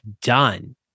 done